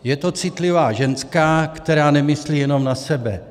Je to citlivá ženská, která nemyslí jenom na sebe.